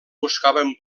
buscaven